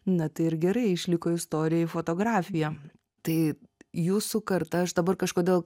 na tai ir gerai išliko istorijai fotografija tai jūsų karta aš dabar kažkodėl